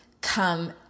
come